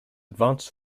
advanced